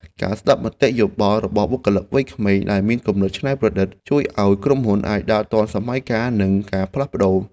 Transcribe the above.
ការស្ដាប់មតិយោបល់របស់បុគ្គលិកវ័យក្មេងដែលមានគំនិតច្នៃប្រឌិត ជួយឱ្យក្រុមហ៊ុនអាចដើរទាន់សម័យកាលនិងការផ្លាស់ប្តូរ។